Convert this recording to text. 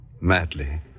Madly